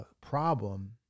problem